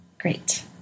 Great